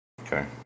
okay